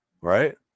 right